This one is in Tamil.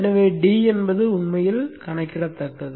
எனவே d என்பது உண்மையில் கணக்கிடத்தக்கது